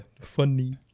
Funny